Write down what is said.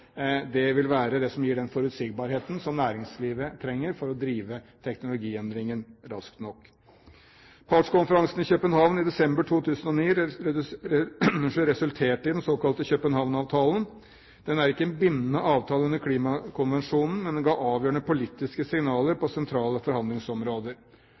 vil være det som gir den forutsigbarheten som næringslivet trenger for å drive teknologiendringen raskt nok. Partskonferansen i København i desember 2009 resulterte i den såkalte København-avtalen. Den er ikke en bindende avtale under Klimakonvensjonen, men den ga avgjørende politiske signaler